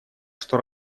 что